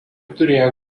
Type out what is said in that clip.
turėjo